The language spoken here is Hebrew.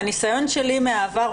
מהניסיון שלי מהעבר,